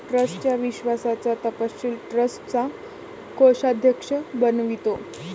ट्रस्टच्या विश्वासाचा तपशील ट्रस्टचा कोषाध्यक्ष बनवितो